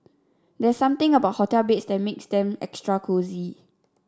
there's something about hotel beds that makes them extra cosy